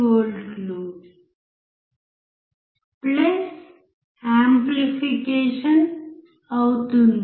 5 V plus amplification అవుతుంది